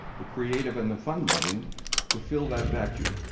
the creative and the fun-loving to fill that vacuum,